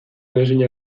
edozein